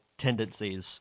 tendencies